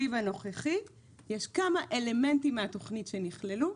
הנוכחי יש כמה אלמנטים מהתוכנית שנכללו,